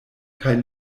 kaj